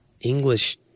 English